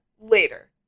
later